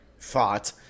Thought